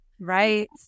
right